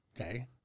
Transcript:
Okay